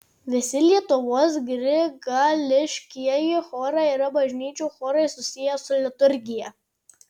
visi lietuvos grigališkieji chorai yra bažnyčių chorai susiję su liturgija